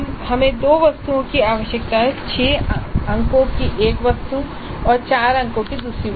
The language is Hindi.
हमें दो वस्तुओं की आवश्यकता है 6 अंकों की एक वस्तु 4 अंकों की दूसरी वस्तु